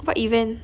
what event